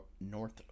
North